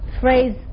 phrase